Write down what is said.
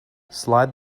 slide